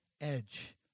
edge